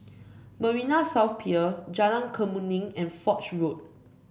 Marina South Pier Jalan Kemuning and Foch Road